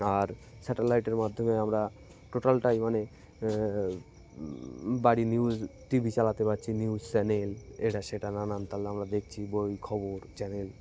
আর স্যাটেলাইটের মাধ্যমে আমরা টোটালটাই মানে বাড়ি নিউজ টিভি চালাতে পারছি নিউজ চ্যানেল এটা সেটা নানান তাল আমরা দেখছি বই খবর চ্যানেল